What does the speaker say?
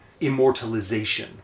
immortalization